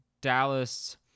Dallas